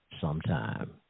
sometime